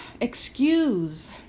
excuse